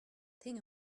thing